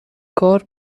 کار